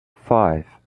five